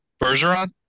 Bergeron